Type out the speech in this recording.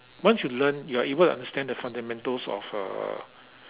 once you learn you are able to understand the fundamentals of uh